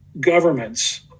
governments